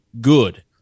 good